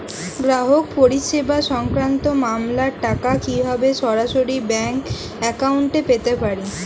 গ্রাহক পরিষেবা সংক্রান্ত মামলার টাকা কীভাবে সরাসরি ব্যাংক অ্যাকাউন্টে পেতে পারি?